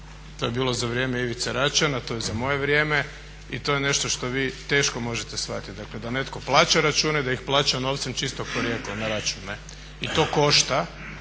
to je bilo za vrijeme Ivice Račana, to je za moje vrijeme i to je nešto što vi teško možete shvatit, dakle da netko plaća račune, da ih plaća novcem čistog porijekla na račun i to košta